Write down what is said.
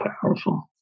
powerful